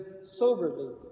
soberly